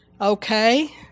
Okay